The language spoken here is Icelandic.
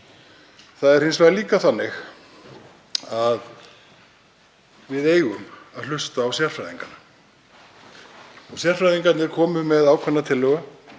Það er hins vegar líka þannig að við eigum að hlusta á sérfræðingana. Sérfræðingarnir komu með ákveðna tillögu.